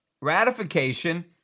ratification